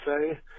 say